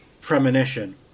premonition